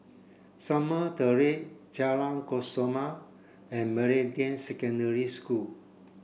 Shamah Terrace Jalan Kesoma and Meridian Secondary School